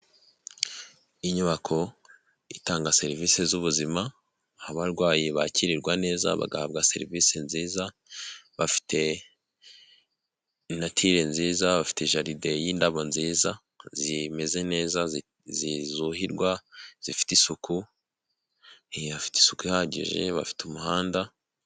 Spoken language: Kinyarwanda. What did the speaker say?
Inyubako itanga serivisi z'ubuzima aho abarwayi bakirirwa neza bagahabwa serivisi nziza, bafite natire nziza, bafite jaride y'indabo nziza, zimeze neza, zuhirwa, zifite isuku, hafite isuku ihagije, bafite umuhanda.